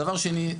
דבר שני,